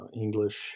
English